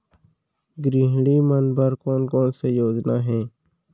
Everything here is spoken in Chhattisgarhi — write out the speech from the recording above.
गृहिणी मन बर कोन कोन से योजना हे?